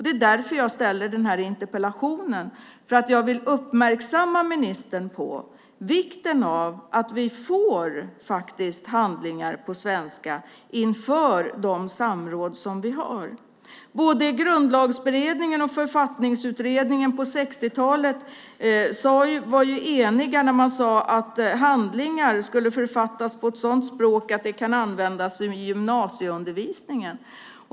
Det är därför jag ställer interpellationen. Jag vill uppmärksamma ministern på vikten av att vi får handlingar på svenska inför de samråd vi har. Både Grundlagsberedningen och Författningsutredningen på 60-talet var eniga när man sade att handlingar skulle författas på ett sådant språk att de kan användas i gymnasieundervisningen.